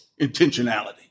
intentionality